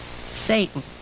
Satan